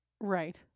Right